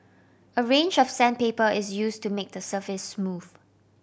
a range of sandpaper is use to make the surface smooth